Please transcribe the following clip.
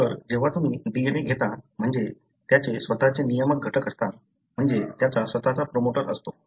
तर जेव्हा तुम्ही DNA घेता म्हणजे त्याचे स्वतःचे नियामक घटक असतात म्हणजे त्याचा स्वतःचा प्रोमोटर असतो